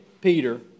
Peter